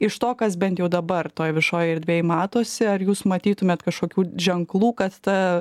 iš to kas bent jau dabar toj viešojoj erdvėj matosi ar jūs matytumėt kažkokių ženklų kad ta